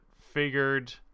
figured